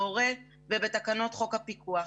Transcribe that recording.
גם משרד הרווחה וגם חברות מיקור חוץ.